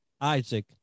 Isaac